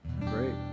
great